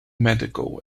medical